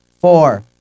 four